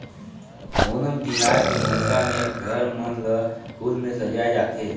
ओनम तिहार के मउका में घर मन ल फूल में सजाए जाथे